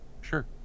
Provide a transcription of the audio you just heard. Sure